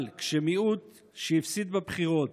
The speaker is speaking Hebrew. אבל כשמיעוט שהפסיד בבחירות